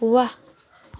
वाह